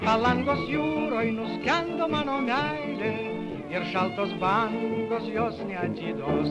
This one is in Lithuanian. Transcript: palangos jūroj nuskendo mano meilė ir šaltos bangos jos neatiduos